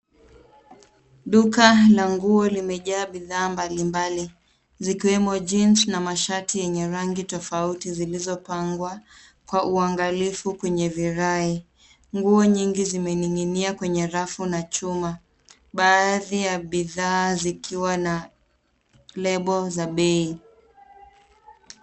Duka la nguo limejaa bidhaa mbalimbali, zikiwemo jeans na mashati yenye rangi tofauti, zilizopangwa kwa uangalifu kwenye virai. Nguo nyingi zimening'inia kwenye rafu, na chuma, baadhi ya bidhaa zikiwa na lebo, za bei.